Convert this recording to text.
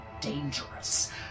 dangerous